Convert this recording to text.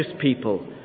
people